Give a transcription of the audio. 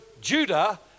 Judah